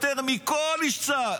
עבד פיזית יותר מכל איש צה"ל,